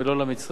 כדי לא לעוות.